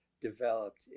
developed